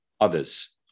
others